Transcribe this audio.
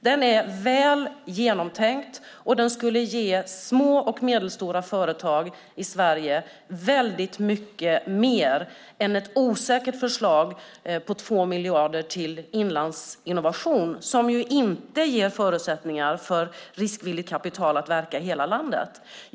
Den är väl genomtänkt, och en skulle ge små och medelstora företag i Sverige väldigt mycket mer än ett osäkert förslag på 2 miljarder till inlandsinnovation, som ju inte ger förutsättningar för riskvilligt kapital att verka i hela landet.